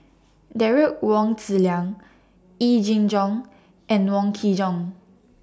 Derek Wong Zi Liang Yee Jenn Jong and Wong Kin Jong